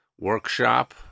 workshop